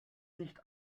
nicht